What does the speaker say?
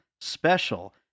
Special